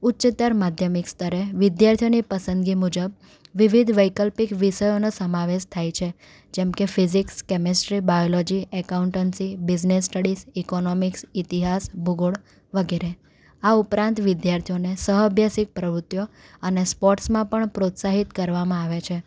ઉચ્ચતર માધ્યમિક સ્તરે વિદ્યાર્થીઓની પસંદગી મુજબ વિવિધ વૈકલ્પિક વિષયોનો સમાવેશ થાય છે જેમ કે physics chemistry biology accountancy business studies economics ઇતિહાસ ભૂગોળ વગેરે આ ઉપરાંત વિદ્યાર્થીઓને સહઅભ્યાસિક પ્રવૃતિઓ અને સ્પોર્ટ્સમાં પણ પ્રોત્સાહિત કરવામાં આવે છે